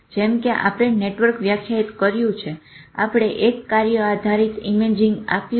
જેમ કે આપણે નેટવર્ક વ્યાખ્યાયિત કર્યું છે અને આપણે એક કાર્ય આધારિત ઈમેંજીંગ આપ્યું છે